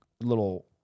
little